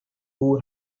who